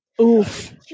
oof